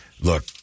Look